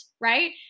right